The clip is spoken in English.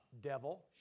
devil